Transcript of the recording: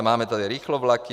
Máme tady rychlovlaky.